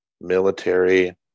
military